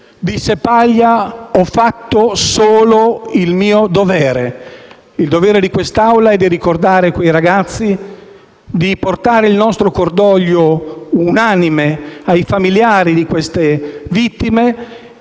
Disse Paglia: «Ho fatto solo il mio dovere». Il dovere di quest'Aula è di ricordare quei ragazzi, di portare il nostro cordoglio unanime ai loro famigliari, per far